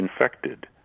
infected